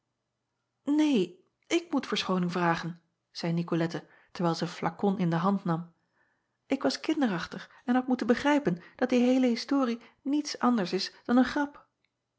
een ik moet verschooning vragen zeî icolette terwijl zij den flakon in de hand nam ik was kinderachtig en had moeten begrijpen dat die heele historie niet anders is dan een grap